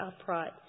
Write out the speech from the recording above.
upright